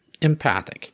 empathic